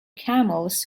camels